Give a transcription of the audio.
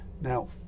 Now